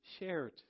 shared